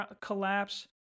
collapse